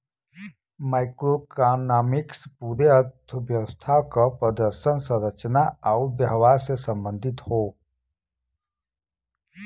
macroeconomics पूरे अर्थव्यवस्था क प्रदर्शन, संरचना आउर व्यवहार से संबंधित हौ